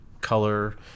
color